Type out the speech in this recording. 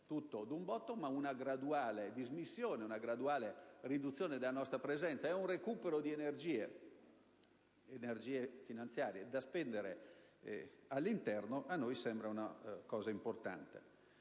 tutto d'un botto, ma una graduale dismissione, una graduale riduzione della nostra presenza e un recupero di energie finanziarie da spendere all'interno a noi sembrano cose importanti.